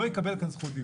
לא יקבל זכות דיבור.